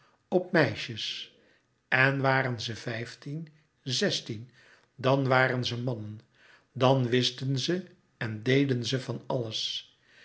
op meisjes en waren ze vijftien zestien dan waren ze mannen dan wisten ze en deden ze van alles